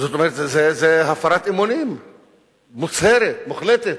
זאת אומרת, זו הפרת אמונים מוצהרת, מוחלטת.